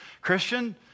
Christian